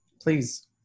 Please